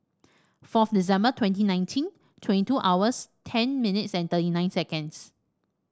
fourth December twenty nineteen twenty two hours ten minutes and thirty nine seconds